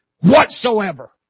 whatsoever